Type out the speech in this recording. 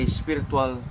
spiritual